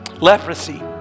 leprosy